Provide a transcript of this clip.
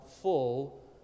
full